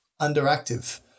underactive